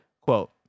quote